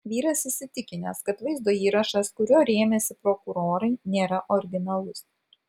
vyras įsitikinęs kad vaizdo įrašas kuriuo rėmėsi prokurorai nėra originalus